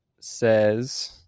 says